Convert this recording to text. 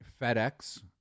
FedEx